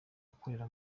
ukorera